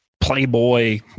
playboy